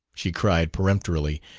she cried peremptorily,